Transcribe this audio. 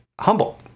humble